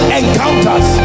encounters